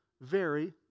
vary